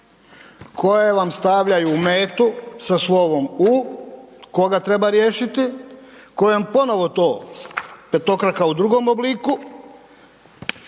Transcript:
koje vam stavljaju metu sa slovom U, koga treba riješiti, kojom ponovo to petokraka u drugom obliku,